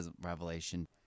Revelation